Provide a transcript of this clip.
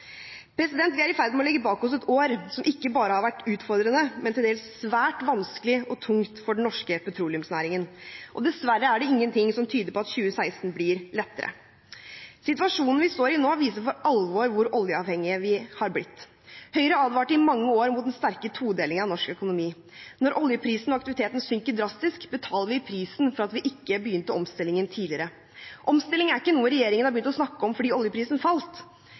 Vi er i ferd med å legge bak oss et år som ikke bare har vært utfordrende, men til dels svært vanskelig og tungt for den norske petroleumsnæringen, og dessverre er det ingenting som tyder på at 2016 blir lettere. Situasjonen vi står i nå, viser for alvor hvor oljeavhengige vi har blitt. Høyre advarte i mange år mot den sterke todelingen av norsk økonomi. Når oljeprisen og aktiviteten synker drastisk, betaler vi prisen for at vi ikke begynte omstillingen tidligere. Omstilling er ikke noe regjeringen har begynt å snakke om fordi oljeprisen falt,